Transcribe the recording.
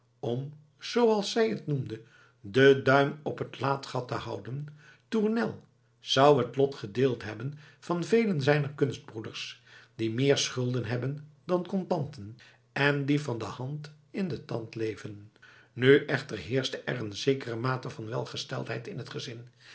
om zooals zij het noemde den duim op t laadgat te houden tournel zou het lot gedeeld hebben van velen zijner kunstbroeders die meer schulden hebben dan contanten en die van de hand in den tand leven nu echter heerschte er een zekere mate van welgesteldheid in het gezin